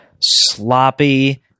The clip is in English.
sloppy